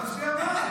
אבל הוא הצביע בעד.